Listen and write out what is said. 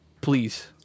Please